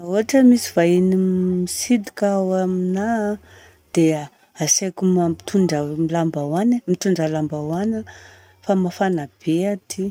Raha ohatra misy vahiny mitsidika ao aminaha, dia asaiko mitondra lambahoany, mitondra lambahoany fa mafana be aty.